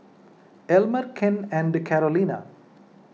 Elmer Ken and Carolina